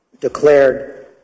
declared